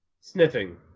Sniffing